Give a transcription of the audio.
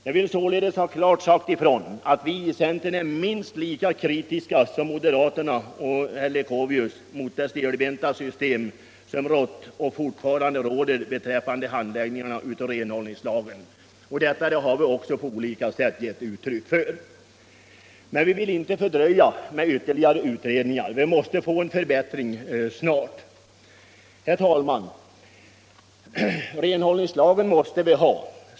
Jag vill klart säga ifrån att vi i centern är minst lika kritiska som moderaterna och herr Leuchovius mot det stelbenta system som har rått och fortfarande råder när det gäller efterlevnaden av renhållningslagen. Detta har vi också på olika sätt givit uttryck för. Men vi vill inte att ärendet fördröjs av ytterligare utredningar. Vi måste få en förbättring snart. Herr talman! Renhållningslagen måste vi ha.